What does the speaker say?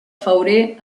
fauré